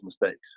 mistakes